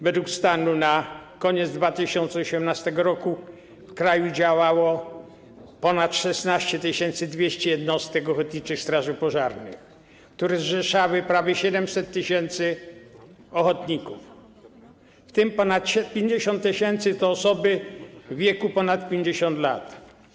Według stanu na koniec 2018 r. w kraju działało ponad 16 200 jednostek ochotniczych straży pożarnych, które zrzeszały prawie 700 tys. ochotników, w tym ponad 50 tys. to osoby w wieku ponad 50 lat.